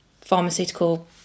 pharmaceutical